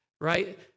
right